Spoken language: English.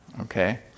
okay